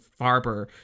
Farber